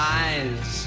eyes